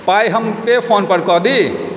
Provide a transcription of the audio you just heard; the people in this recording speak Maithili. पाइ हम पे फोनपर कऽ दी